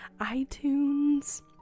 iTunes